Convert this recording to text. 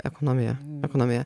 ekonomiją ekonomiją